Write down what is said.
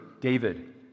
David